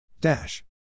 Dash